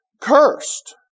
cursed